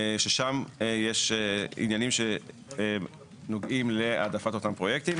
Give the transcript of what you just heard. ששם יש עניינים שנוגעים להעדפת אותם פרויקטים.